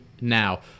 now